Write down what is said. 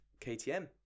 KTM